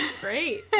Great